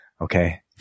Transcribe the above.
Okay